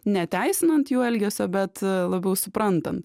neteisinant jų elgesio bet labiau suprantant